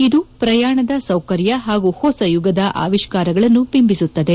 ಇದು ಪ್ರಯಾಣದ ಸೌಕರ್ಯ ಹಾಗೂ ಹೊಸಯುಗದ ಆವಿಷ್ಕಾರಗಳನ್ನು ಬಿಂಬಿಸುತ್ತದೆ